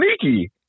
sneaky